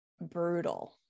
brutal